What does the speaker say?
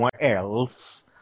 else